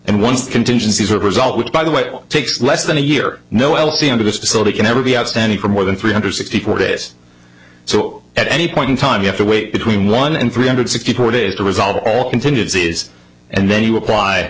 and once contingencies or result which by the way takes less than a year no l c m to distil they can ever be outstanding for more than three hundred sixty four days so at any point in time you have to wait between one and three hundred sixty four days to resolve all contingencies and then you apply